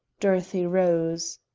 dorothy rose.